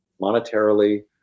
monetarily